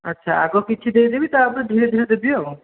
ଆଚ୍ଛା ଆଗ କିଛି ଦେଇଦେବି ତା'ପରେ ଧିରେ ଧିରେ ଦେବି ଆଉ